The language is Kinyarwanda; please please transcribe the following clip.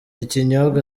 ikinyobwa